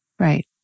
Right